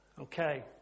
Okay